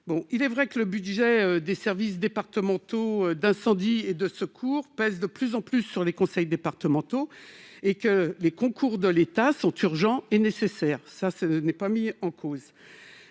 Il est vrai que le budget des services départementaux d'incendie et de secours pèse de plus en plus sur les conseils départementaux et que les concours de l'État sont urgents et nécessaires. Cela n'est pas mis en cause,